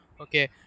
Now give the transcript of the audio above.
Okay